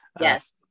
Yes